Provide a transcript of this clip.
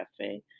Cafe